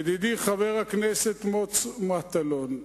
ידידי חבר הכנסת מוץ מטלון,